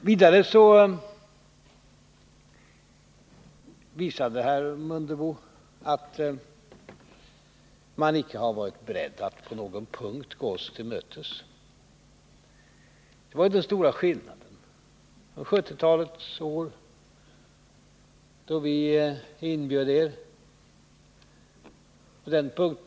Vidare visade herr Mundebo att man icke har varit beredd att på någon punkt gå oss till mötes. Det är den stora skillnaden när man jämför med 1970-talets första år, då vi inbjöd er till överläggningar.